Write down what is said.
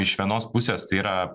iš vienos pusės tai yra